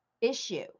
issue